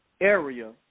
area